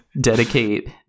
dedicate